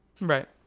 Right